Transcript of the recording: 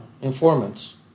informants